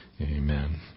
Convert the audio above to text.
Amen